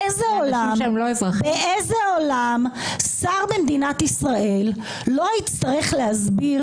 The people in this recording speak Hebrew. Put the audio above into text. באיזה עולם שר במדינת ישראל לא יצטרך להסביר